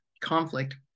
conflict